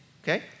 Okay